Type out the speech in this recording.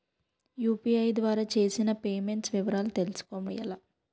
UPI ద్వారా చేసిన payments వివరాలు తెలుసుకోవటం ఎలా?